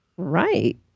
Right